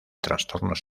trastornos